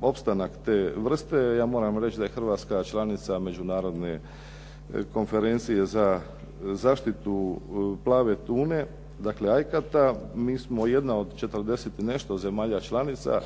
opstanak te vrste, ja moram reći da je Hrvatska članica te Konferencije za zaštitu plave tune, dakle ajkata, mi smo jedna od 40 i nešto zemalja članica,